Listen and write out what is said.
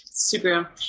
Super